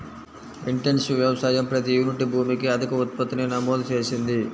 intensive వ్యవసాయం ప్రతి unit భూమికి అధిక ఉత్పత్తిని నమోదు చేసింది